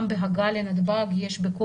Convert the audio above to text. גם בהגעה לנתב"ג יש שילוט עם הסבר לגבי חובת בידוד